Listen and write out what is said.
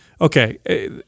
Okay